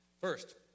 First